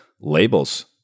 labels